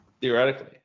Theoretically